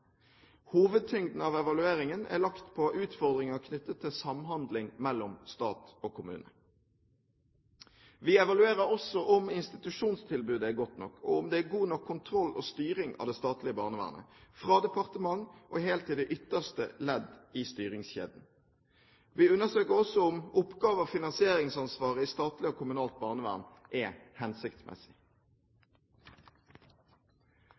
Hovedtyngden av evalueringen er lagt på utfordringer knyttet til samhandling mellom stat og kommune. Vi evaluerer også om institusjonstilbudet er godt nok, og om det er god nok kontroll og styring av det statlige barnevernet – fra departement og helt til det ytterste ledd i styringskjeden. Vi undersøker også om oppgave- og finansieringsansvaret i statlig og kommunalt barnevern er hensiktsmessig.